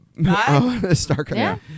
Starcraft